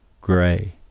gray